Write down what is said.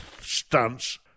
stunts